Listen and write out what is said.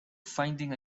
finding